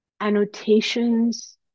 annotations